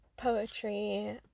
poetry